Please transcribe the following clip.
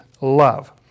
love